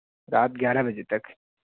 رات گیارہ بجے تک